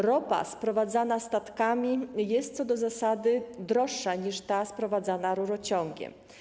Ropa sprowadzana statkami jest co do zasady droższa, niż ta sprowadzana rurociągiem.